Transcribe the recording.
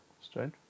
Strange